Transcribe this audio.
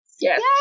yes